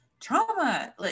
trauma